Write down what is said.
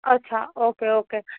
અચ્છા okay okay